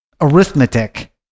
arithmetic